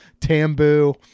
tambu